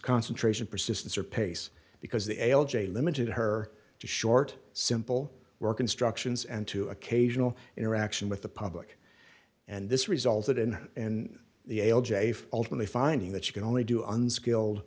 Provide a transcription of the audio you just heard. sconce a trace of persistence or pace because the a l j limited her to short simple work instructions and to occasional interaction with the public and this resulted in in the ultimately finding that you can only do unskilled